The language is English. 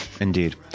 indeed